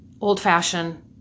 old-fashioned